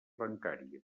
bancària